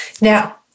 Now